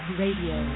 radio